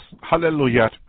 Hallelujah